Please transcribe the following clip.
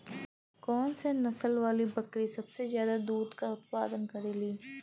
कौन से नसल वाली बकरी सबसे ज्यादा दूध क उतपादन करेली?